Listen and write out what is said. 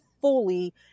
fully